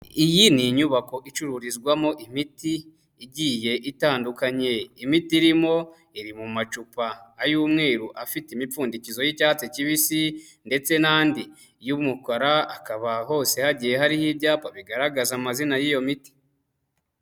Iyi ni inyubako icururizwamo imiti igiye itandukanye, imiti irimo iri mu macupa, ay'umweru afite imipfundikizo y'icyatsi kibisi ndetse n'andi y'umukara akaba hose hagiye hariho ibyapa bigaragaza amazina y'iyo miti.